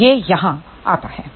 तो यह यहाँ आता है